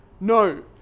no